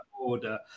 order